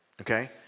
okay